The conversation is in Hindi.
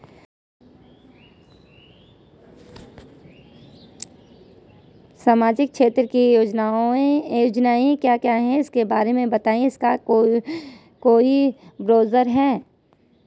सामाजिक क्षेत्र की योजनाएँ क्या क्या हैं उसके बारे में बताएँगे इसका क्या कोई ब्राउज़र है?